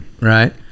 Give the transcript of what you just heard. Right